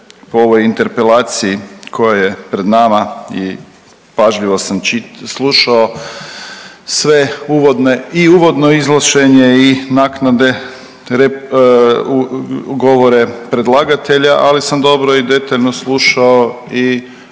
po ovoj interpelaciji koja je pred nama i pažljivo sam slušao sve uvodne i uvodno iznošenje i naknade govore predlagatelja, ali sam dobro i detaljno slušao i